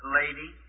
lady